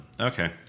Okay